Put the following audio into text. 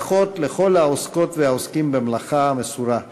ברכות לכל העוסקות והעוסקים במלאכה המסורה.